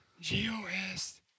G-O-S